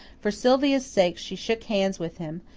for sylvia's sake she shook hands with him,